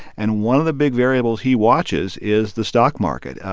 and one of the big variables he watches is the stock market.